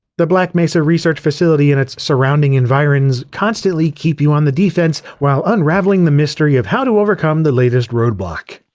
the black mesa research facility and its surrounding environs constantly keeps you on the defense while unraveling the mystery of how to overcome the latest roadblock.